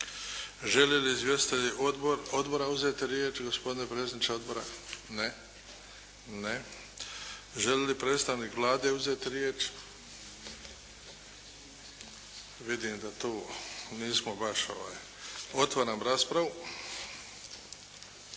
Želi li izvjestitelji odbora uzeti riječ? Gospodine predsjedniče Odbora? Ne. Želi li predstavnik Vlade uzeti riječ? Vidim da tu nismo baš. Otvaram raspravu.